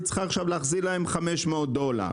היא צריכה להחזיר לצרכן 500 דולר.